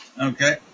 Okay